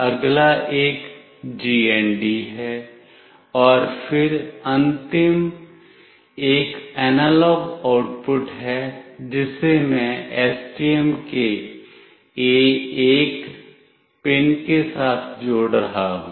अगला एक GND है और फिर अंतिम एक एनालॉग आउटपुट है जिसे मैं STM के A1 पिन के साथ जोड़ रहा हूं